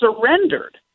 surrendered